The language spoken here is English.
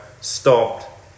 stopped